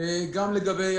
גם לגבי